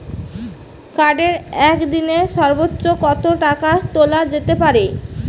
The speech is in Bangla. কার্ডে একদিনে সর্বোচ্চ কত টাকা তোলা যেতে পারে?